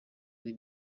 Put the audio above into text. ari